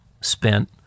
spent